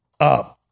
up